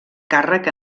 càrrec